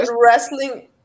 wrestling